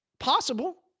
possible